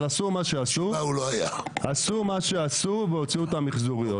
אבל עשו מה שעשו והוציאו את המיחזוריות.